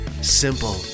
simple